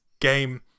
game